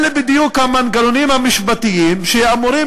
אלה בדיוק המנגנונים המשפטיים שאמורים